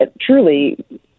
truly